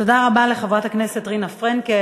תודה רבה לחברת הכנסת רינה פרנקל.